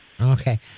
Okay